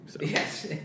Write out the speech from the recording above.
Yes